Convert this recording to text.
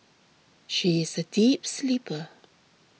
she is a deep sleeper